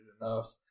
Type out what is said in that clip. enough